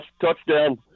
touchdown